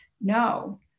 no